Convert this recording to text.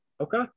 Okay